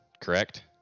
correct